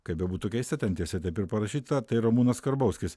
kaip bebūtų keista ten tiesiai taip ir parašyta tai ramūnas karbauskis